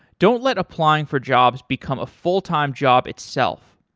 don't let applying for jobs become a full-time job itself.